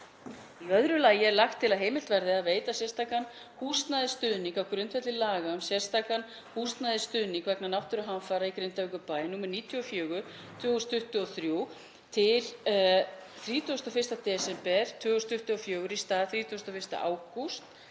Í öðru lagi er lagt til að heimilt verði að veita sérstakan húsnæðisstuðning á grundvelli laga um sérstakan húsnæðisstuðning vegna náttúruhamfara í Grindavíkurbæ, nr. 94/2023 til 31. desember 2024 í stað 31. ágúst